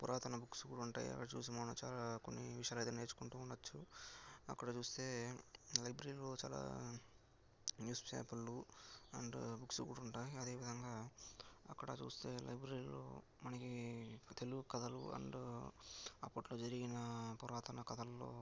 పురాతన బుక్స్ కూడా ఉంటాయి అక్కడ చూసి మనం చాలా కొన్ని విషయాలైతే నేర్చుకుంటు ఉండచ్చు అక్కడ చూస్తే లైబ్రరీలో చాలా న్యూస్ పేపర్లు అండ్ బుక్స్ కూడా ఉంటాయి అదేవిధంగా అక్కడ చూస్తే లైబ్రరీలో మనకి తెలుగు కథలు అండ్ అప్పట్లో జరిగిన పురాతన కథల్లో